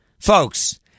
Folks